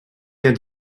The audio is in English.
had